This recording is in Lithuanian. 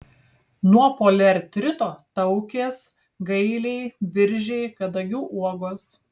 nuo poliartrito taukės gailiai viržiai kadagių uogos